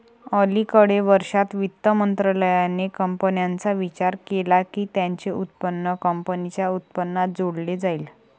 अलिकडे वर्षांत, वित्त मंत्रालयाने कंपन्यांचा विचार केला की त्यांचे उत्पन्न कंपनीच्या उत्पन्नात जोडले जाईल